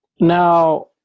Now